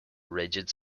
rigid